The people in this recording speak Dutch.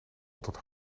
altijd